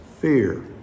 fear